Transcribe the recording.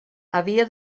havia